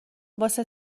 واسه